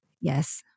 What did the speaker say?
Yes